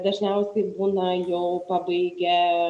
dažniausiai būna jau pabaigia